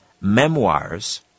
Memoirs